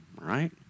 right